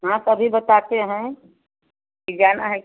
हाँ तो अभी बताते हैं कि जाना है कि